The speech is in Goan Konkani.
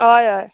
हय हय